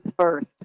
first